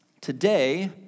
Today